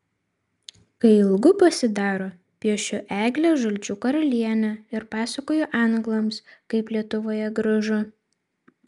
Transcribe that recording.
kai ilgu pasidaro piešiu eglę žalčių karalienę ir pasakoju anglams kaip lietuvoje gražu